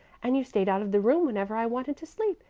and you've stayed out of the room whenever i wanted to sleep,